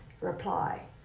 reply